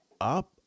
up